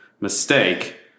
mistake